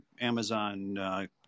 Amazon